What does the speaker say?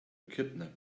kidnap